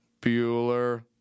Bueller